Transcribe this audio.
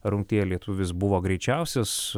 rungtyje lietuvis buvo greičiausias